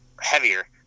heavier